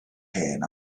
hen